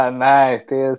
nice